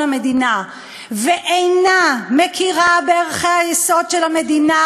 המדינה ואינה מכירה בערכי היסוד של המדינה,